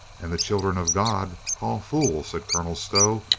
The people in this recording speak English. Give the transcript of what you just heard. and the children of god call fool, said colonel stow,